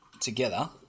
together